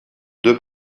deux